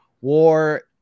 war